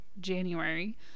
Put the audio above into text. January